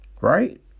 right